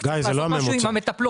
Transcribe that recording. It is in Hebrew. רק צריך לעשות משהו עם המטפלות.